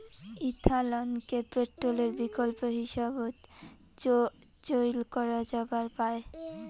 ইথানলকে পেট্রলের বিকল্প হিসাবত চইল করা যাবার পায়